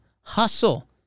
hustle